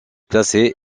placée